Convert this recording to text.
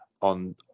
on